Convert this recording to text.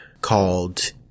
called